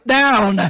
down